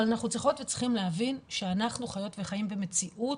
אבל אנחנו צריכות וצריכים להבין שאנחנו חיות וחיים במציאות